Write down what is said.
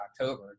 October